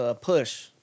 push